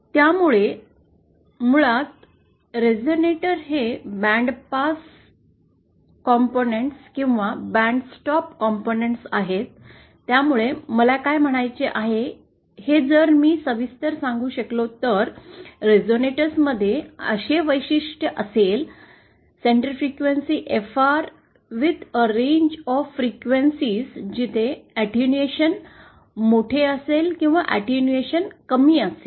त्यामुळे मुळात रेझोनेटर हे बँडपास घटक किंवा बँडस्टॉप घटक आहेत त्यामुळे मला काय म्हणायचे आहे हे जर मी सविस्तर सांगू शकलो तर रेझोनेटरमध्ये असे वैशिष्ट्य असेल centre frequency FR with a range of frequencies जेथे अॅटेन्युएशन मोठे असेल किंवा अॅटेन्युएशन कमी असेल